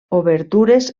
obertures